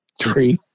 three